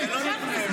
סימון,